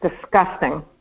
disgusting